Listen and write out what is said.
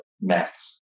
maths